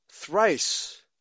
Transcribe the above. thrice